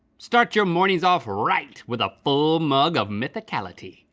start your morning's off right, with a full mug of mythicality.